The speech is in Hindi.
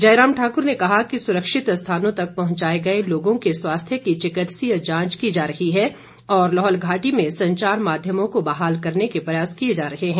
जयराम ठाकुर ने कहा कि सुरक्षित स्थानों तक पहुंचाए गए लोगों के स्वास्थ्य की चिकित्सीय जांच की जा रही है और लाहौल घाटी में संचार माध्यमों को बहाल करने के प्रयास किए जा रहे हैं